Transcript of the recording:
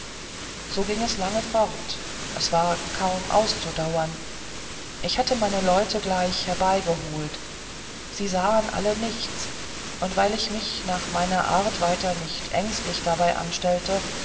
so ging es lange fort es war kaum auszudauern ich hatte meine leute gleich herbeigeholt die sahen alle nichts und weil ich mich nach meiner art weiter nicht ängstlich dabei anstellte